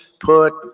put